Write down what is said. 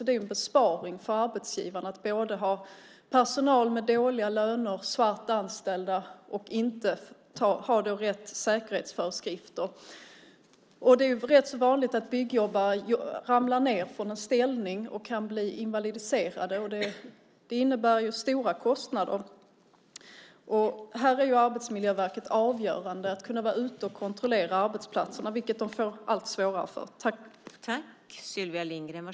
Det är ju en besparing för arbetsgivaren att både ha personal med dåliga löner, svartanställda, och att inte ha rätt säkerhetsföreskrifter. Det är rätt vanligt att byggjobbare ramlar ned från ställningar och kan bli invalidiserade. Det innebär ju stora kostnader. Här är Arbetsmiljöverket avgörande när det gäller att vara ute och kontrollera arbetsplatserna, något som de får allt mindre pengar för.